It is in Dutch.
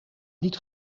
niet